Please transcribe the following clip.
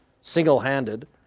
single-handed